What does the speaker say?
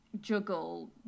juggle